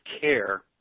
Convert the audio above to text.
care